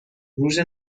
روز